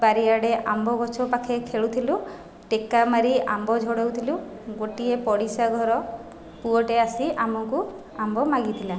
ବାରିଆଡ଼େ ଆମ୍ବ ଗଛ ପାଖେ ଖେଳୁଥିଲୁ ଟେକା ମାରି ଆମ୍ବ ଝଡ଼ାଉଥିଲୁ ଗୋଟିଏ ପଡ଼ିଶା ଘର ପୁଅଟିଏ ଆସି ଆମକୁ ଆମ୍ବ ମାଗିଥିଲା